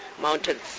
Mountains